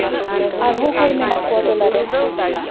ᱟᱨᱦᱚᱸ ᱦᱚᱲ ᱢᱮᱱᱟᱜ ᱠᱚᱣᱟ ᱴᱚᱞᱟᱨᱮᱱ